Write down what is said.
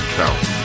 count